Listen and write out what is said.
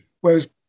Whereas